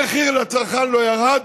המחיר לצרכן לא ירד,